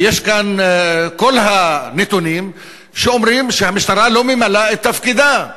ויש כאן כל הנתונים שאומרים שהמשטרה לא ממלאת את תפקידה.